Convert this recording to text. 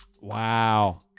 wow